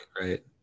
right